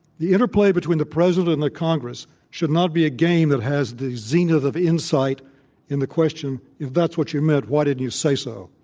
the interplay between the president and the congress should not be a game that has the zenith of insight in the question if that's what you meant, why didn't you say so?